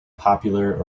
popular